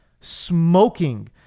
smoking